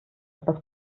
etwas